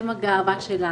אתם הגאווה שלנו,